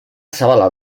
zabala